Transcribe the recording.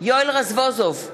יואל רזבוזוב,